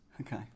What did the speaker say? Okay